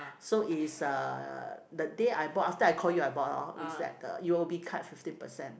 so it's uh that day I bought after I call you I bought hor it's like the U_O_B card fifteen percent